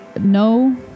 no